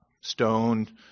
stoned